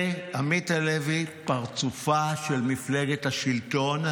זה עמית הלוי, פרצופה של מפלגת השלטון,